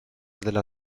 della